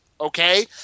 okay